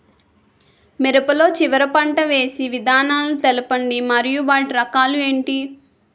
మిరప లో చివర పంట వేసి విధానాలను తెలపండి మరియు వాటి రకాలు ఏంటి